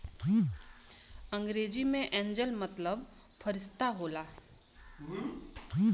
अंग्रेजी मे एंजेल मतलब फ़रिश्ता होला